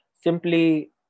simply